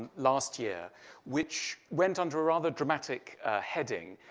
last year which went under a rather dramatic heading.